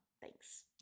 Thanks